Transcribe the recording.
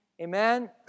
Amen